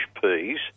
peas